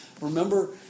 Remember